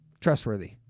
trustworthy